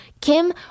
Kim